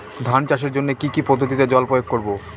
ধান চাষের জন্যে কি কী পদ্ধতিতে জল প্রয়োগ করব?